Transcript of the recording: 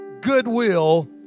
goodwill